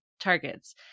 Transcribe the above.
targets